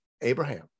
Abraham